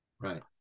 Right